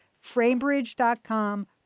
framebridge.com